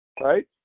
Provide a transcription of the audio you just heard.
right